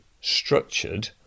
structured